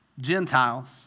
Gentiles